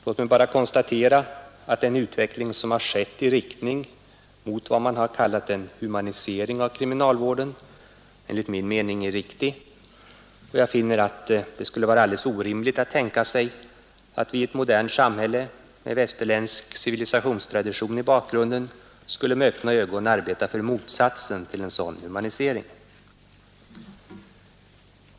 Låt mig bara konstatera att den utveckling som skett i riktning mot vad man har kallat en humanisering av kriminalvården enligt min mening är riktig, och jag finner att det skulle vara alldeles orimligt att tänka sig att vi i ett modernt samhälle med västerländsk civilisationstradition i bakgrunden skulle med öppna ögon arbeta för motsatsen till en sådan humanisering.